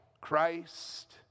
Christ